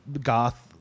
goth